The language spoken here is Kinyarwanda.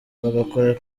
bagakora